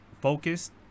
focused